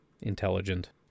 intelligent